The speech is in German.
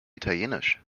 italienisch